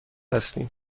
هستیم